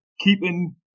keeping